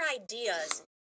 ideas